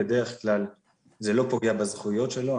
בדרך כלל זה לא פוגע בזכויות שלו.